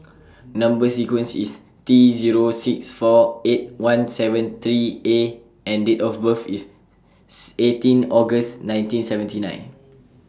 Number sequence IS T Zero six four eight one seven three A and Date of birth IS eighteen August nineteen seventy nine